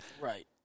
right